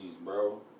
bro